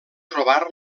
trobar